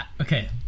Okay